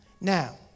Now